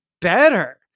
better